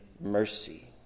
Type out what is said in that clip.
mercy